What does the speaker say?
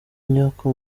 inyoko